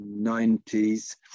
1990s